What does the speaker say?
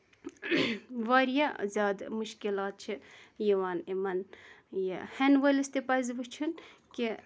واریاہ زیادٕ مُشکِلات چھِ یِوان یِمَن یہِ ہیٚنہٕ وٲلِس تہِ پَزِ وُچھُن کہِ